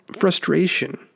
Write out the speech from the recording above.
frustration